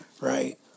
right